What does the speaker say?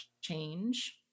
change